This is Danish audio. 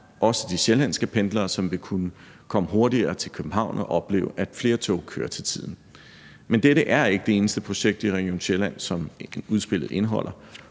også de sjællandske pendlere, som vil kunne komme hurtigere til København og opleve, at flere tog kører til tiden. Men dette er ikke det eneste projekt i Region Sjælland, som udspillet indeholder.